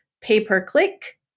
pay-per-click